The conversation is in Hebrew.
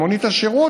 מונית השירות